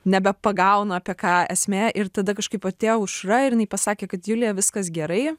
nebepagaunu apie ką esmė ir tada kažkaip atėjo aušra ir jinai pasakė kad julija viskas gerai